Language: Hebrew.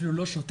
אפילו לא שוטר,